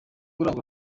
urangwa